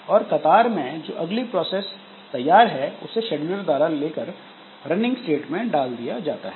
और कतार में जो अगली तैयार प्रोसेस है उसे शेड्यूलर द्वारा लेकर रनिंग स्टेट में डाल दिया जाता है